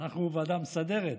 אנחנו ועדה מסדרת,